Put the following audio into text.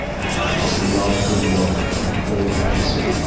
i just love the look of an old piece of,